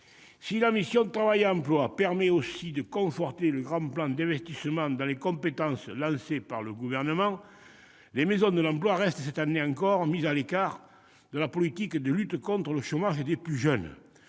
Si la mission « Travail et emploi » permet aussi de conforter le grand plan d'investissement dans les compétences lancé par le Gouvernement, les maisons de l'emploi restent, cette année encore, mises à l'écart de la politique de lutte contre le chômage des plus jeunes.